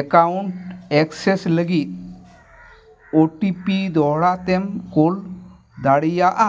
account access ᱞᱟᱹᱜᱤᱫ O T P ᱫᱚᱦᱲᱟᱛᱮᱢ ᱠᱳᱞ ᱫᱟᱲᱮᱭᱟᱜᱼᱟ